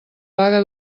vaga